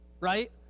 right